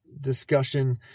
discussion